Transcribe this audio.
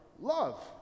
love